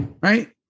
Right